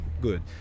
good